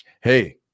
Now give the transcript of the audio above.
Hey